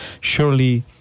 surely